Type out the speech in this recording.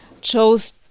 chose